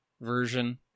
version